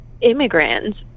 immigrants